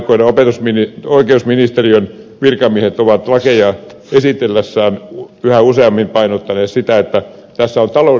viime aikoina oikeusministeriön virkamiehet ovat lakeja esitellessään yhä useammin painottaneet sitä että tässä on taloudellisuusnäkökulma